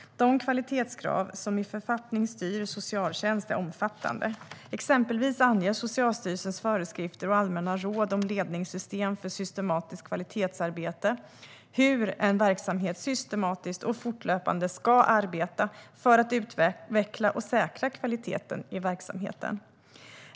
De kvalitetskrav som i författning styr socialtjänst är omfattande. Exempelvis anger Socialstyrelsens föreskrifter och allmänna råd om ledningssystem för systematiskt kvalitetsarbete hur en verksamhet systematiskt och fortlöpande ska arbeta för att utveckla och säkra kvaliteten i verksamheten.